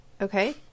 Okay